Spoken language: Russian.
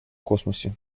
космосе